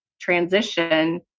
transition